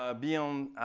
um beyond